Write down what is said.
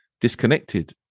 disconnected